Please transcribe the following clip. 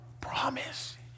promise